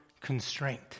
constraint